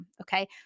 Okay